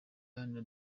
iharanira